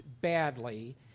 badly